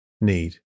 need